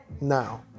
Now